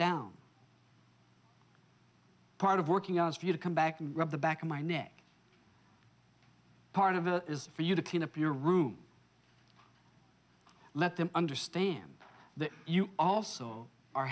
down part of working out is for you to come back and rub the back of my neck part of it is for you to clean up your room let them understand that you also are